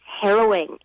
harrowing